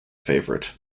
favorite